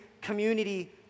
community